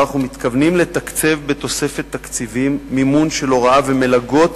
ואנחנו מתכוונים לתקצב בתוספת תקציבים מימון של הוראה ומלגות